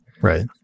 Right